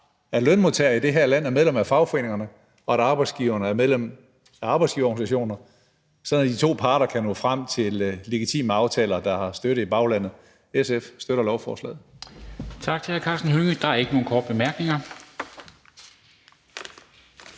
at lønmodtagerne i det her land er medlem af fagforeningerne, og at arbejdsgiverne er medlem af arbejdsgiverorganisationerne, sådan at de to parter kan nå frem til legitime aftaler, der har støtte i baglandet. SF støtter lovforslaget. Kl. 16:20 Formanden (Henrik Dam Kristensen): Tak til hr.